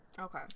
okay